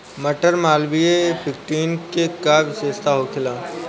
मटर मालवीय फिफ्टीन के का विशेषता होखेला?